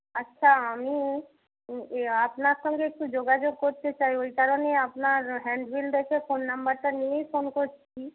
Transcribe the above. আচ্ছা আমি আপনার সঙ্গে একটু যোগাযোগ করতে চাই ওই কারণেই আপনার হ্যান্ড বিল দেখে ফোন নাম্বারটা নিয়েই ফোন করছি